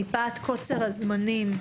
מפאת קוצר הזמנים,